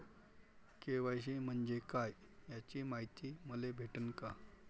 KYC म्हंजे काय याची मायती मले भेटन का?